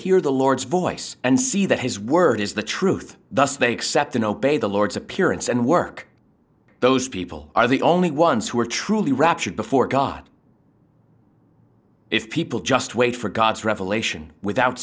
hear the lord's voice and see that his word is the truth thus they accept and obey the lord's appearance and work those people are the only ones who are truly raptured before god if people just wait for god's revelation without